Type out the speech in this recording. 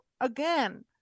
again